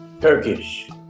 turkish